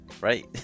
right